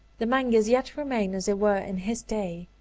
the mangers yet remain as they were in his day.